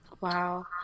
Wow